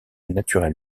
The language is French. naturelle